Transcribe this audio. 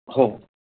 हो